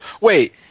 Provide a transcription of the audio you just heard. Wait